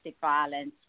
violence